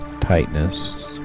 tightness